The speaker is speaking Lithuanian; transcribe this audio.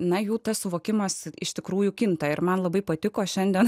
na jų tas suvokimas iš tikrųjų kinta ir man labai patiko šiandien